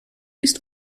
ist